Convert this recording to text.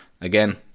Again